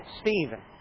Stephen